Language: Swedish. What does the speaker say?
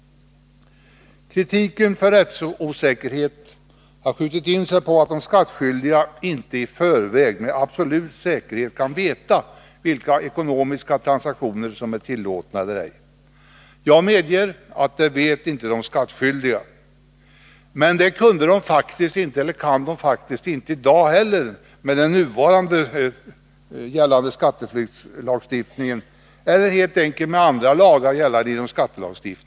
Kritiken för rättsosäkerhet har skjutit in sig på att de skattskyldiga inte i förväg med absolut säkerhet kan veta vilka ekonomiska transaktioner som är tillåtna eller ej. Jag medger att de skattskyldiga inte vet det. Men det kan de faktiskt inte veta i dag heller med gällande skatteflyktslagstiftning eller annan lagstiftning på skatteområdet.